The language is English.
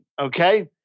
Okay